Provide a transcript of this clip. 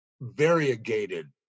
variegated